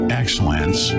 excellence